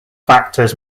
factors